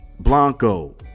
blanco